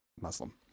Muslim